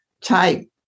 type